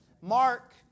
Mark